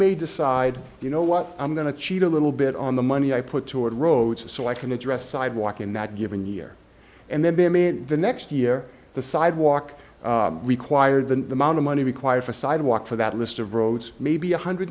may decide you know what i'm going to cheat a little bit on the money i put toward roads so i can address sidewalk in that given year and then them in the next year the sidewalk required than the amount of money required for a sidewalk for that list of roads maybe one hundred